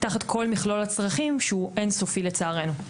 תחת כל מכלול הצרכים שהוא אין סופי לצערנו.